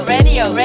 Radio